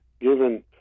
given